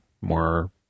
more